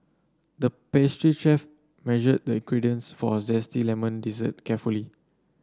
the pastry chef measured the ingredients for a zesty lemon dessert carefully